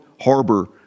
harbor